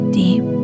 deep